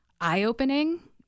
eye-opening